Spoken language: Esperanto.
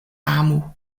amu